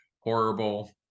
horrible